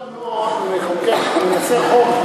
מדוע לא לחוקק חוק,